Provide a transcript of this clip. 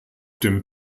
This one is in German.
dem